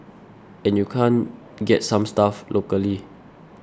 and you can't get some stuff locally